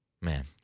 Man